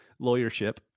lawyership